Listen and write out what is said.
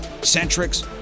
Centric's